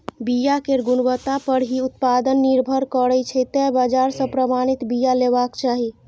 बिया केर गुणवत्ता पर ही उत्पादन निर्भर करै छै, तें बाजार सं प्रमाणित बिया लेबाक चाही